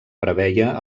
preveia